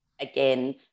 again